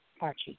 Archie